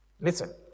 Listen